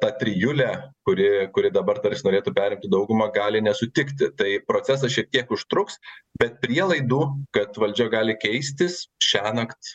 ta trijulė kuri kuri dabar tarsi norėtų perimti daugumą gali nesutikti tai procesas šiek tiek užtruks bet prielaidų kad valdžia gali keistis šiąnakt